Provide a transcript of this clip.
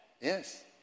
Yes